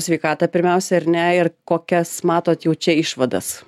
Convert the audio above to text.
sveikatą pirmiausia ar ne ir kokias matot jau čia išvadas